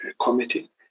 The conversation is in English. committee